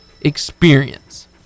experience